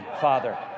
Father